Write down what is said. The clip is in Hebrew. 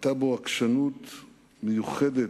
היתה בו עקשנות מיוחדת,